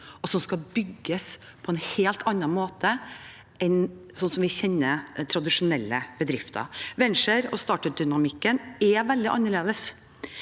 og som skal bygges på en helt annen måte enn slik vi kjenner tradisjonelle bedrifter. Venture- og oppstartsdynamikken er veldig annerledes.